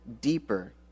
deeper